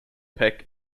peck